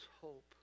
hope